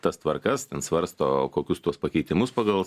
tas tvarkas ten svarsto kokius tuos pakeitimus pagal